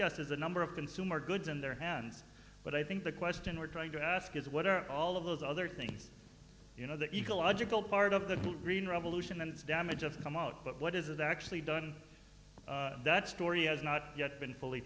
yes is a number of consumer goods in their hands but i think the question we're trying to ask is what are all of those other things you know the ecological part of the green revolution and its damages come out but what is it actually done that story has not yet been fully